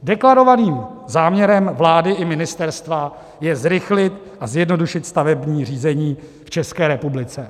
Deklarovaným záměrem vlády i ministerstva je zrychlit a zjednodušit stavební řízení v České republice.